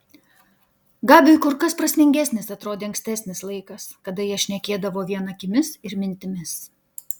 gabiui kur kas prasmingesnis atrodė ankstesnis laikas kada jie šnekėdavo vien akimis ir mintimis